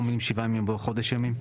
במקום המילים 'שבעה ימים' יבוא 'חודש ימים'.